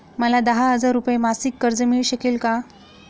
मला दहा हजार रुपये मासिक कर्ज मिळू शकेल का?